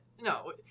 No